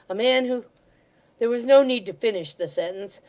a man who there was no need to finish the sentence,